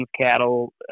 cattle